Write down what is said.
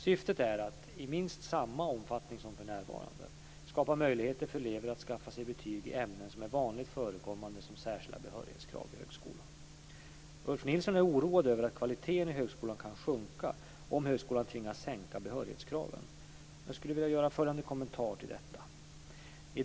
Syftet är att - i minst samma omfattning som för närvarande - skapa möjligheter för elever att skaffa sig betyg i ämnen som är vanligt förekommande som särskilda behörighetskrav i högskolan. Ulf Nilsson är oroad över att kvaliteten i högskolan kan sjunka om högskolan tvingas sänka behörighetskraven. Jag skulle vilja göra följande kommentar till detta.